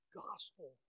gospel